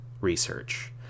research